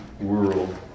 world